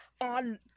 on